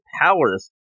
powers